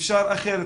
אפשר אחרת,